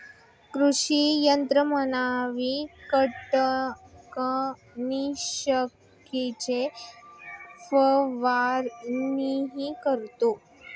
कृषी यंत्रमानव कीटकनाशकांची फवारणीही करतो